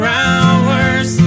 hours